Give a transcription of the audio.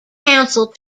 counsel